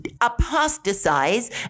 apostatize